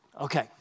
Okay